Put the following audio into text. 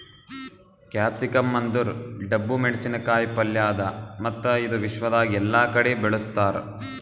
capsicum ಅಂದುರ್ ಡಬ್ಬು ಮೆಣಸಿನ ಕಾಯಿ ಪಲ್ಯ ಅದಾ ಮತ್ತ ಇದು ವಿಶ್ವದಾಗ್ ಎಲ್ಲಾ ಕಡಿ ಬೆಳುಸ್ತಾರ್